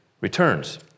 returns